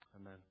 Amen